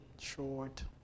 Short